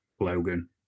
Logan